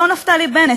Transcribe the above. אותו נפתלי בנט,